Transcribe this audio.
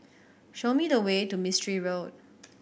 show me the way to Mistri Road